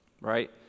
right